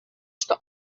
что